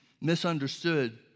misunderstood